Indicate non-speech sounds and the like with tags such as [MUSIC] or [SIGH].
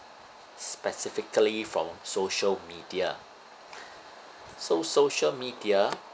specifically from social media [BREATH] so social media